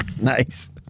Nice